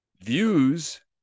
views